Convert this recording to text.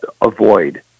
avoid